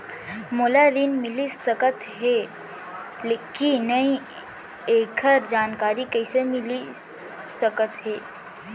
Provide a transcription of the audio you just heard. मोला ऋण मिलिस सकत हे कि नई एखर जानकारी कइसे मिलिस सकत हे?